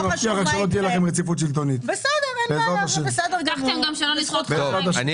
לא משנה מה יקרה --- קודם כול,